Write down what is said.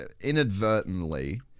inadvertently